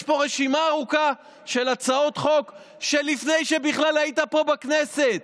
יש פה רשימה ארוכה של הצעות חוק לפני שבכלל היית פה בכנסת.